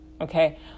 okay